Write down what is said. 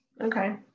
okay